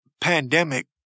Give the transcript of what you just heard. pandemic